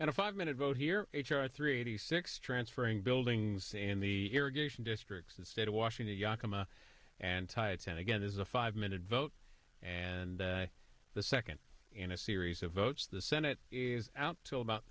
and a five minute vote here h r three eighty six transferring buildings in the irrigation districts the state of washington yakama anti a ten again is a five minute vote and the second in a series of votes the senate is out till about